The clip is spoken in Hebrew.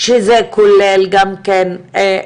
אני קודם כל רוצה לברך את